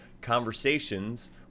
conversations